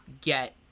get